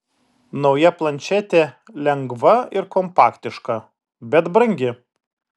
nauja plančetė lengva ir kompaktiška bet brangi